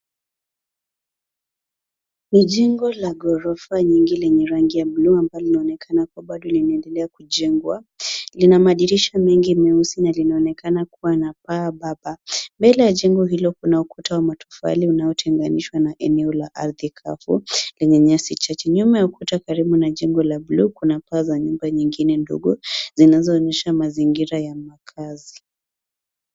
Ni jengo la ghorofa nyingi lenye rangi ya buluu ambalo linaonekana kuwa bado linaendelea kujengwa lina madirisha mengi meusi na linaonekana kuwa na paa bapa. Mbele ya jengo hilo kuna ukuta wa matofali unaonayotenganishwa na eneo la ardhi kavu lenye nyasi chache. Nyuma ya ukuta karibu na jengo la buluu kuna paa za nyumba nyingine ndogo zinazoonyesha mazingira ya makazi.